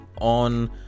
on